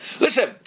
Listen